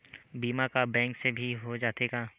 बीमा का बैंक से भी हो जाथे का?